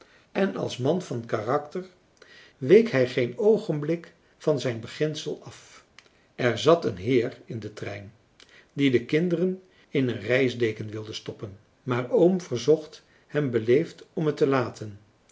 en als man van karakter week hij geen oogenblik van zijn beginsel af er zat een heer in den trein die de kinderen in een reisdeken wilde stoppen maar oom verzocht hem beleefd om het te laten